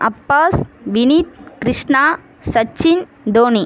Abbas Vineeth Krishna Sachin Dhoni